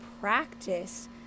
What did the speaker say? practice